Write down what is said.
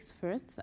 first